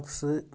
puffs